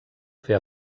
fer